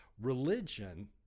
Religion